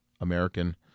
American